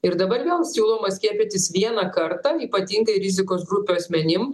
ir dabar vėl siūloma skiepytis vieną kartą ypatingai rizikos grupių asmenim